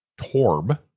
Torb